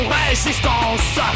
résistance